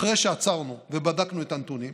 אחרי שעצרנו ובדקנו את הנתונים,